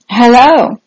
Hello